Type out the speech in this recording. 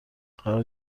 قرار